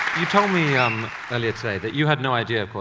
you told me um earlier today that you had no idea, of course,